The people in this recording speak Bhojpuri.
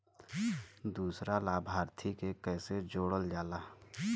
दूसरा लाभार्थी के कैसे जोड़ल जाला?